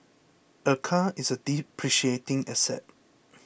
a car is depreciating asset